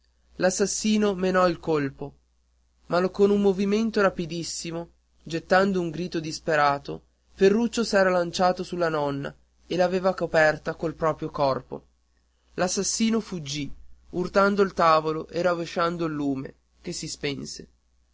l'assassino menò il colpo ma con un movimento rapidissimo gettando un grido disperato ferruccio s'era lanciato sulla nonna e l'aveva coperta col proprio corpo l'assassino fuggì urtando il tavolo e rovesciando il lume che si spense